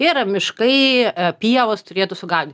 ir miškai pievos turėtų sugaudyt